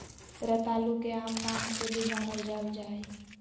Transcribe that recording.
रतालू के आम नाम से भी जानल जाल जा हइ